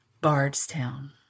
Bardstown